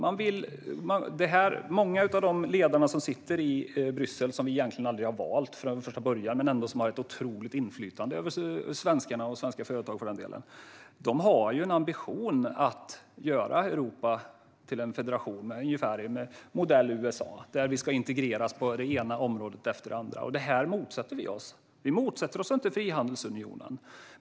Många av ledarna som sitter i Bryssel - som vi egentligen aldrig har valt från första början men som ändå har ett otroligt inflytande över Sverige och svenska företag - har en ambition att göra Europa till en federation av USA:s modell, där vi ska integreras på det ena området efter det andra. Det här motsätter vi oss. Vi motsätter oss inte frihandelsunionen.